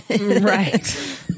Right